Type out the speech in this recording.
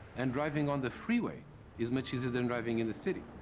and driving on the freeway is much easier than driving in the city.